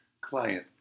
client